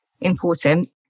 important